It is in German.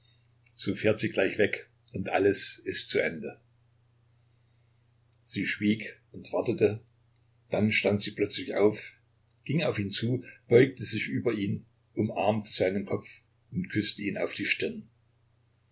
so fährt sie gleich weg und alles ist zu ende sie schwieg und wartete dann stand sie plötzlich auf ging auf ihn zu beugte sich über ihn umarmte seinen kopf und küßte ihn auf die stirn